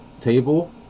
table